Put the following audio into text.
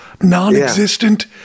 non-existent